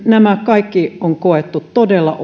nämä kaikki on koettu todella